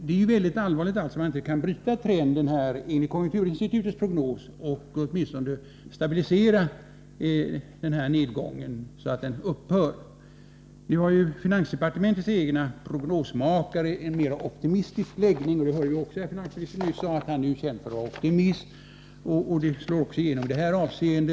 Det är allvarligt om man inte kan bryta den trend som finns enligt konjunkturinstitutets prognos och åtminstone åstadkomma en stabilisering så att nedgången upphör. Finansdepartementets egna prognosmakare har en mera optimistisk läggning, och vi hörde nyss finansministern säga att han ju är känd för att vara optimist. Det slår också igenom i detta avseende.